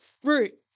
fruit